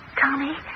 Tommy